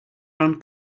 round